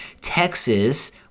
Texas